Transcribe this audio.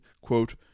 quote